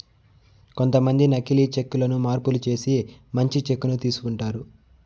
కొంతమంది నకీలి చెక్ లను మార్పులు చేసి మంచి చెక్ ను తీసుకుంటారు